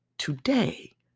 Today